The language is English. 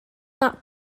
not